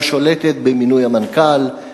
ששולטת במינוי המנכ"ל,